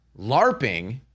LARPing